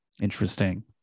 interesting